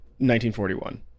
1941